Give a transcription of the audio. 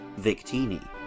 Victini